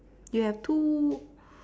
you have two